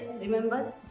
remember